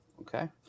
Okay